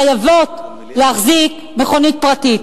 חייבת להחזיק מכונית פרטית.